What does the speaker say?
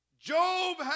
Job